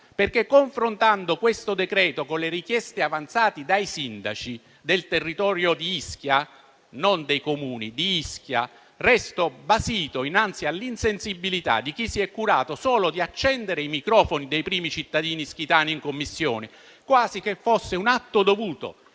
Confrontando questo decreto con le richieste avanzate dai sindaci del territorio di Ischia - del territorio e non dei Comuni di Ischia - io resto basito innanzi all'insensibilità di chi si è curato solo di accendere i microfoni dei primi cittadini ischitani in Commissione, quasi che fosse un atto dovuto,